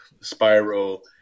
spiral